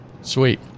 Sweet